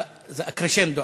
הקרשנדו.